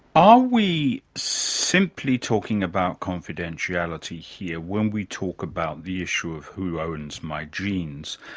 are we simply talking about confidentiality here when we talk about the issue of who owns my genes,